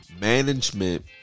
management